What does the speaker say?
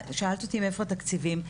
שאלת אותי מאיפה התקציבים,